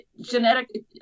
genetic